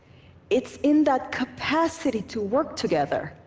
it's in that capacity to work together,